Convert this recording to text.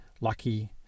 lucky